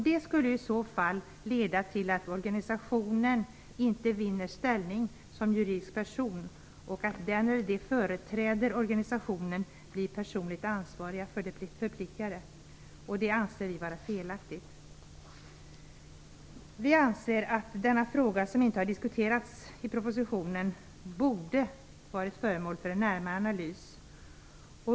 Det skulle i så fall leda till att organisationen inte vinner ställning som juridisk person och att den eller de som företräder organisationen blir personligt ansvariga för dess förpliktelser. Det anser vi vara felaktigt. Vi anser att denna fråga, som inte har diskuterats i propositionen, borde varit föremål för en närmare analys.